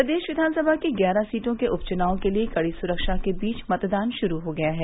प्रदेश विधान सभा की ग्यारह सीटों के उपचुनाव के लिए कड़ी सुरक्षा के बीच मतदान शुरू हो गया है